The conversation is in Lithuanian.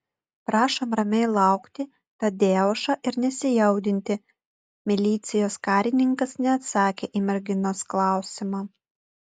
prašom ramiai laukti tadeušo ir nesijaudinti milicijos karininkas neatsakė į merginos klausimą